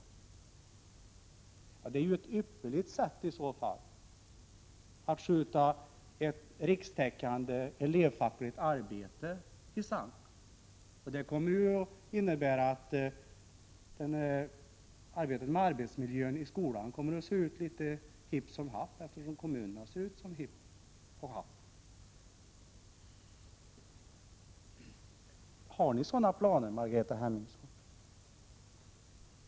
Det är i så fall ett ypperligt sätt att skjuta ett rikstäckande elevfackligt arbete i sank. Det kommer att innebära att arbetet med arbetsmiljön i skolan kommer att se ut litet hipp som happ, eftersom kommunerna ser ut som hipp och happ. Har ni sådana planer, Margareta Hemmingsson?